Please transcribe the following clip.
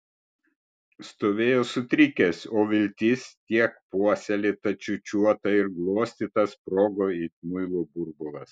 stovėjo sutrikęs o viltis tiek puoselėta čiūčiuota ir glostyta sprogo it muilo burbulas